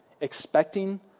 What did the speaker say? expecting